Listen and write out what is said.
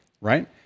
right